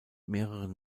mehreren